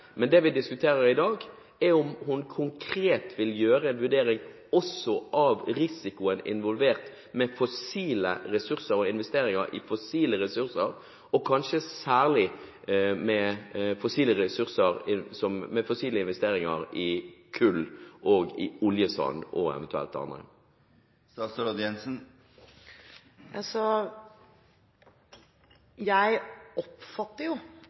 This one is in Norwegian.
Men det vi diskuterer i dag, er om hun konkret vil gjøre en vurdering også av den risikoen som er involvert ved investeringer i fossile ressurser, og kanskje særlig ved investeringer i kull og oljesand og eventuelt andre ting. Jeg oppfatter at dette er spørsmål det er bred interesse for i